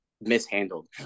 mishandled